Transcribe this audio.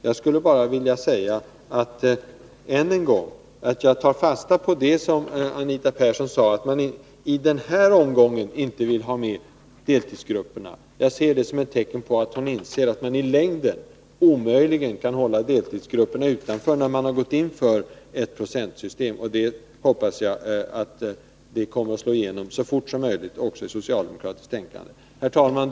Jag skulle bara än en gång vilja säga att jag tar fasta på vad Anita Persson sade, nämligen att man i den här omgången inte vill ha med deltidsgrupperna. Jag tar detta som ett tecken på att hon inser att man i längden omöjligen kan hålla deltidsgrupperna utanför, då man har gått in för ett procentsystem. Jag hoppas att detta synsätt så snart som möjligt kommer att slå igenom också i socialdemokratiskt tänkande. Herr talman!